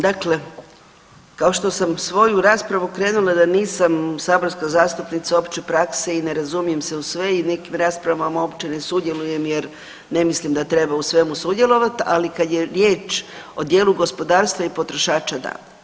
Dakle, kao što sam svoju raspravu krenula da nisam saborska zastupnica opće prakse i ne razumijem se u sve i u nekim raspravama uopće ne sudjelujem jer ne mislim da treba u svemu sudjelovat, ali kad je riječ o djelu gospodarstva i potrošača, da.